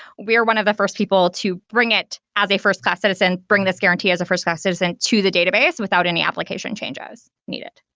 we're one of the first people to bring it as a first-class citizen, bring this guaranty as a first-class citizen to the database without any application changes needed.